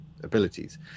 abilities